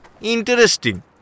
interesting